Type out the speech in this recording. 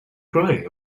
crying